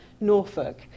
Norfolk